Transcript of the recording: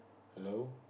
hello